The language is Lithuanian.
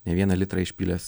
ne vieną litrą išpylęs